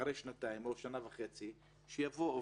אחרי שנתיים או שנה וחצי יבוא,